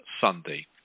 sunday